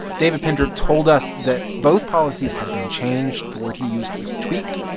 david pinder told us that both policies had been changed. the word he used was tweaked.